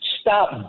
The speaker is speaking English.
stop